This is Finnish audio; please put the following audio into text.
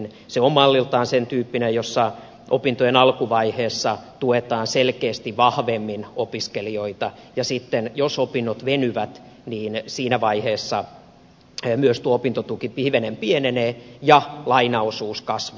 se on malliltaan sen tyyppinen että opintojen alkuvaiheessa tuetaan selkeästi vahvemmin opiskelijoita ja sitten jos opinnot venyvät niin siinä vaiheessa myös tuo opintotuki hivenen pienenee ja lainaosuus kasvaa